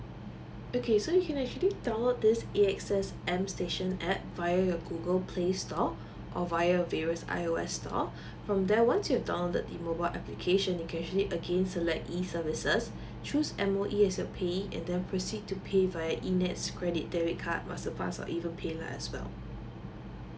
okay so you can actually download this A_X_S M station app via your google play store or via a various I_O_S store from there once you have downloaded the mobile application you can actually again select E services choose M_O_E as your payee and then proceed to pay via eNETS credit debit card masterpass or even paylah as well